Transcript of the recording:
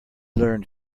learned